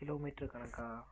kilo metre கணக்கா